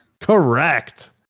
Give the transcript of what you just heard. Correct